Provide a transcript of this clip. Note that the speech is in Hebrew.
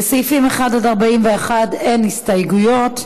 לסעיפים 1 41 אין הסתייגויות.